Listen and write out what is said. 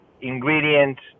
ingredients